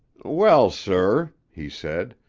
well, sir, he said,